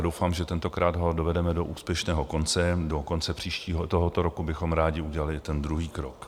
Doufám, že tentokrát ho dovedeme do úspěšného konce, do konce tohoto roku bychom rádi udělali ten druhý krok.